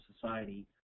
society